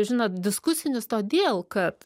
žinot diskusinis todėl kad